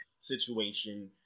situation